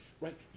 right